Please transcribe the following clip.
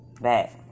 back